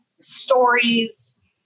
stories